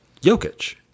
Jokic